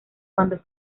cuando